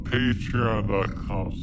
Patreon.com